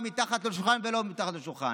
מה מתחת לשולחן ולא מתחת לשולחן.